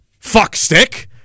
fuckstick